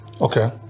Okay